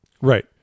Right